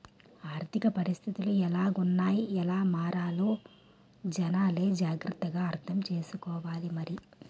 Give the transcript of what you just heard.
ఆర్థిక పరిస్థితులు ఎలాగున్నాయ్ ఎలా మారాలో జనాలే జాగ్రత్త గా అర్థం సేసుకోవాలి మరి